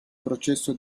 processo